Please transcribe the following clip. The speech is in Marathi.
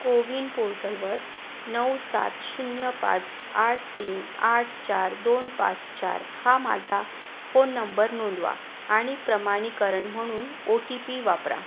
कोविन पोर्टलवर नऊ सात शून्य पाच आठ तीन आठ चार दोन पाच चार हा माझा फोन नंबर नोंदवा आणि प्रमाणीकरण म्हणून ओ टी पी वापरा